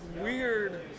weird